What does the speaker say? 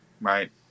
right